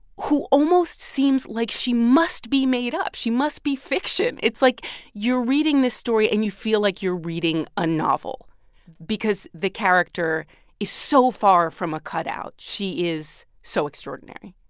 who almost seems like she must be made up. she must be fiction. it's like you're reading this story and you feel like you're reading a novel because the character is so far from a cutout. she is so extraordinary.